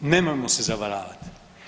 Nemojmo se zavaravati.